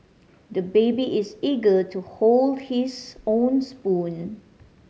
the baby is eager to hold his own spoon